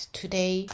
today